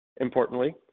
Importantly